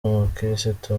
umukirisitu